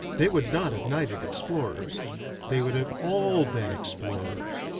they would not have knighted explorers they would have all been explorers.